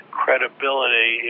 credibility